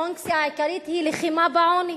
הפונקציה העיקרית היא לחימה בעוני.